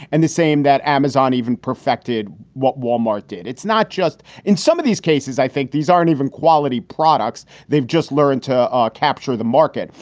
and the same that amazon even perfected what wal-mart did. it's not just in some of these cases. i think these aren't even quality products. they've just learned to ah capture the market.